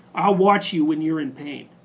i'll watch you when you're in pain,